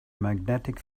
magnetic